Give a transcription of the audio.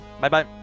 Bye-bye